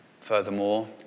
furthermore